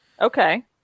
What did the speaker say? Okay